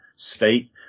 State